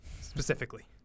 specifically